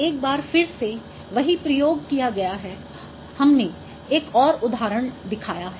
एक बार फिर से वही प्रयोग किया गया है हमने एक और उदाहरण दिखाया है